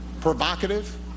provocative